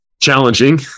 challenging